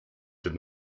did